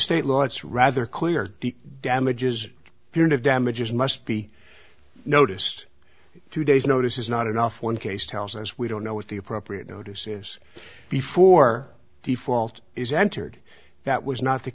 state law it's rather clear the damages period of damages must be noticed two days notice is not enough one case tells us we don't know what the appropriate notice is before default is entered that was not the